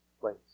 place